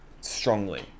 strongly